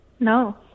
No